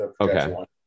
Okay